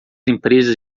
empresas